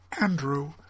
Andrew